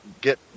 get